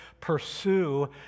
pursue